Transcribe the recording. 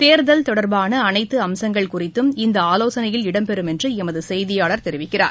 கேர்தல் தொடர்பானஅனைத்துஅம்சங்கள் குறித்தும் இந்தஆலோசனையில் இடம்பெறம் என்றுஎமதசெய்தியாளர் தெரிவிக்கிறார்